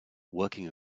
working